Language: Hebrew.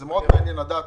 זה מאוד מעניין לדעת